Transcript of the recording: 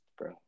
bro